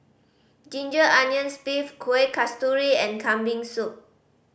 ginger onions beef Kueh Kasturi and Kambing Soup